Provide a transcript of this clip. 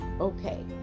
Okay